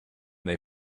they